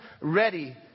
ready